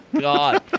God